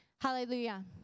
Hallelujah